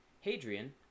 Hadrian